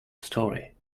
story